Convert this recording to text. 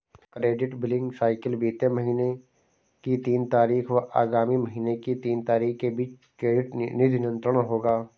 credit billing cycle बीते महीने की तीन तारीख व आगामी महीने की तीन तारीख के बीच क्रेडिट निधि अंतरण होगा